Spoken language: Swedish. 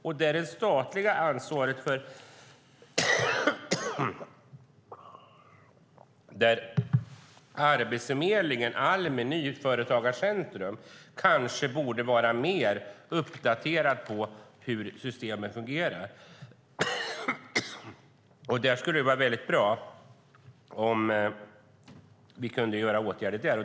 Det är det statliga ansvaret, där Arbetsförmedlingen, Almi och Nyföretagarcentrum borde vara mer uppdaterade om hur systemet fungerar. Det skulle vara väldigt bra om vi kunde vidta åtgärder där.